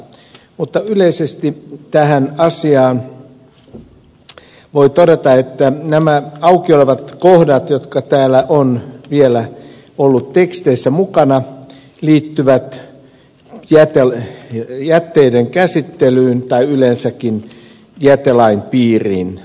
mutta yleisesti tähän asiaan voi todeta että nämä auki olevat kohdat jotka täällä ovat vielä olleet teksteissä mukana liittyvät jätteiden käsittelyyn tai yleensäkin jätelain piiriin